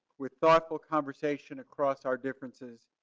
with thoughtful conversation across our differences,